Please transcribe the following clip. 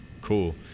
cool